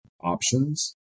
options